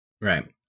Right